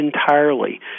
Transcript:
entirely